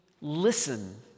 listen